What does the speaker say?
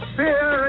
fear